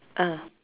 ah